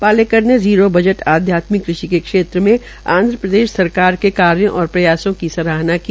पालेकर ने zero budget आध्यात्मिक कृषि के क्षेत्र में आंधप्रदेश सरकार के कार्यो और प्रयासों का सराहना की